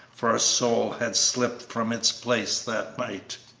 for a soul had slipped from its place that night.